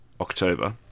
October